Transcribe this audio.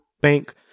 bank